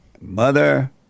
mother